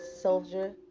soldier